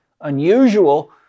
unusual